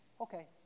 okay